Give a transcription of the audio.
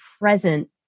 present